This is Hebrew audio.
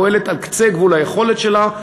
פועלת על קצה גבול היכולת שלה,